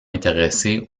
intéressé